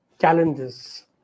challenges